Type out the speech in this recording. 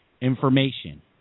information